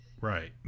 right